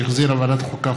שהחזירה ועדת החוקה,